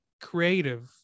creative